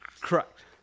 Correct